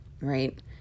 right